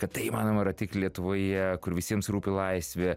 kad tai įmanoma yra tik lietuvoje kur visiems rūpi laisvė